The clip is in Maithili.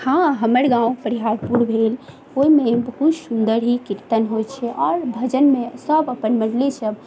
हँ हमर गाँव परिहारपुर भेल ओहिमे बहुत सुन्दर ही कीर्तन होइ छै आओर भजनमे सभ अपन महिले सभ